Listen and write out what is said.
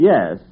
Yes